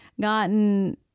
gotten